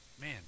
man